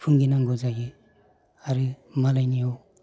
भुगिनांगौ जायो आरो मालायनियाव